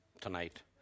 tonight